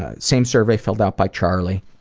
ah same survey filled out by charlie.